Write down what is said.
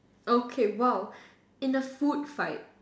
okay !wow! in a food fight